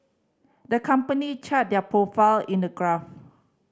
the company charted their profile in a graph